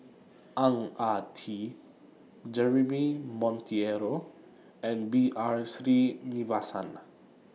Ang Ah Tee Jeremy Monteiro and B R Sreenivasan